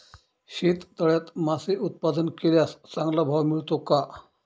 शेततळ्यात मासे उत्पादन केल्यास चांगला भाव मिळतो का?